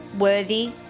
worthy